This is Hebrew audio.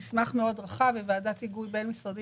יש מסמך מאוד רחב ויש ועדת היגוי בין-משרדית